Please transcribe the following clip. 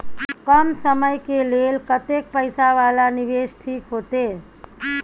कम समय के लेल कतेक पैसा वाला निवेश ठीक होते?